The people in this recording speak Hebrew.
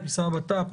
את משרד הבט"פ,